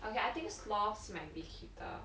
okay I think sloths might be cheaper